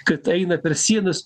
kad eina per sienas